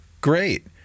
great